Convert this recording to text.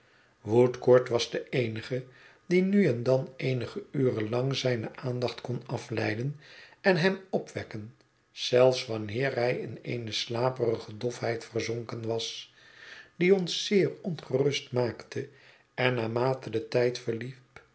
woodcourt was de eenige die nu en dan eenige uren lang zijne aandacht kon afleiden en hem opwekken zelfs wanneer hij in eene slaperige dofheid verzonken was die ons zeer ongerust maakte en naarmate de tijd verliep